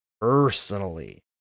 personally